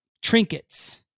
Trinkets